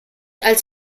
als